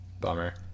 bummer